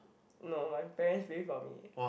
no my parents pay for me